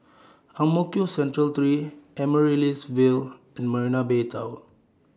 Ang Mo Kio Central three Amaryllis Ville and Marina Bay Tower